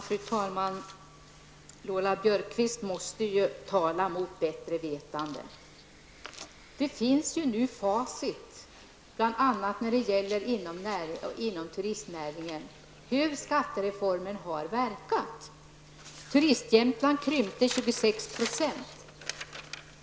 Fru talman! Lola Björkquist måste tala mot bättre vetande. Vi har nu facit, bl.a. inom turistnäringen, som visar hur skattereformen har verkat. Turistjämtland har krympt med 26 %.